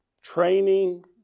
training